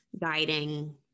guiding